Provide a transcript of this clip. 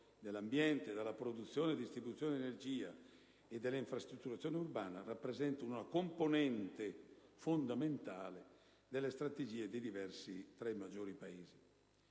dell'ambiente, della produzione e distribuzione di energia e dell'infrastrutturazione urbana rappresentano una componente fondamentale delle strategie dei diversi tra i maggiori Paesi.